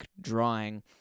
drawing